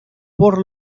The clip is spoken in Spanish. por